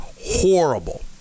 horrible